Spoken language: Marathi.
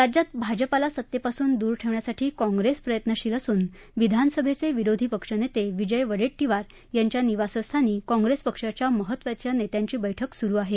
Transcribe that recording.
राज्यात भाजपाला सत्तेपासून दूर ठेवण्यासाठी काँप्रेस प्रयत्नशील असून विधानसभेचे विरोधी पक्ष नेते विजय वड्डेटटीवर यांच्या निवासस्थानी काँप्रेसपक्षाच्या महत्वाच्या नेत्यांची बक्रि सुरु आहे